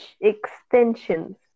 extensions